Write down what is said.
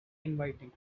inviting